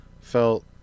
felt